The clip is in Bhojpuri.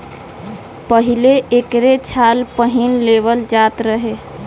पहिले एकरे छाल पहिन लेवल जात रहे